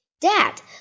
Dad